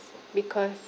because